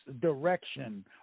direction